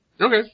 Okay